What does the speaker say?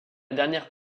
dernière